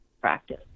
practice